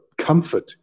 comfort